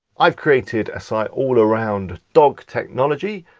i've created a site all around dog technology,